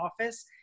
office